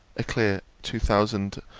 a clear two thousand